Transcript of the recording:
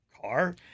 car